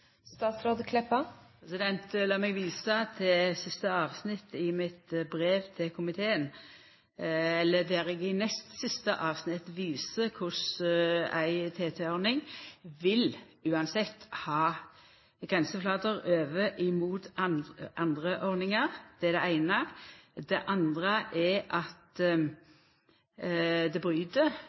meg visa til brevet mitt til komiteen, der eg i nest siste avsnitt viser til korleis ei TT-ordning uansett vil ha grenseflater mot andre ordningar. Det er det eine. Det andre er at eg i siste avsnitt viser til at det